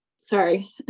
sorry